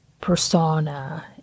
persona